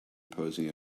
posing